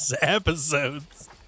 episodes